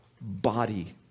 body